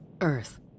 Earth